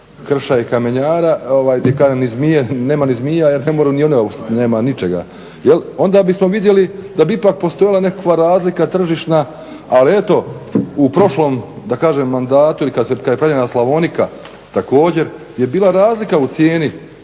krša i kamenjara gdje nema ni zmija jer ne može ni ona ustat, nema ničega, onda bismo vidjeli da bi ipak postojala nekakva razlika tržišna. Ali eto u prošlom mandatu ili kad je pravljena Slavonika također je bila razlika u cijeni